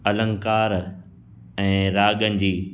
अलंकार ऐं राॻनि जी